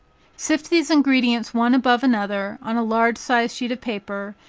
sift these ingredients one above another, on a large sized sheet of paper,